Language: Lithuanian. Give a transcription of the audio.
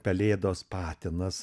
pelėdos patinas